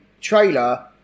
trailer